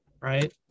Right